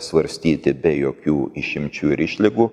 svarstyti be jokių išimčių ir išlygų